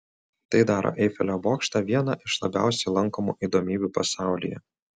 tai daro eifelio bokštą viena iš labiausiai lankomų įdomybių pasaulyje